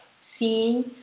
seeing